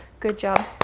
good job.